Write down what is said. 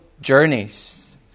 journeys